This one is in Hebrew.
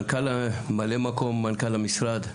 ממלא מקום מנכ"ל המשרד,